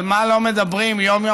על מה לא מדברים יום-יום,